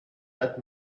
let